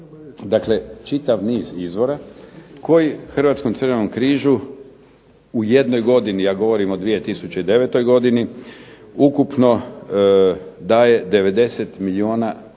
dakle čitav niz izvora koji Hrvatskom crvenom križu u jednoj godini, ja govorim u 2009. godini, ukupno daje 90 milijuna 264